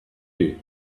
you